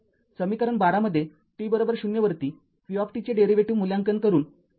समीकरण १२ मध्ये t० वरती v चे डेरीवेटीव्ह मूल्यांकन करून